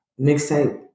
mixtape